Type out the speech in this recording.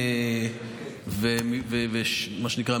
מה שנקרא,